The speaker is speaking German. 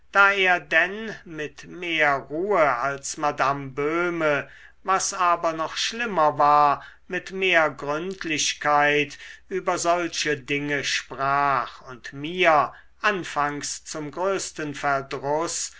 da er denn mit mehr ruhe als madame böhme was aber noch schlimmer war mit mehr gründlichkeit über solche dinge sprach und mir anfangs zum größten verdruß